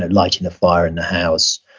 and lighting a fire in the house.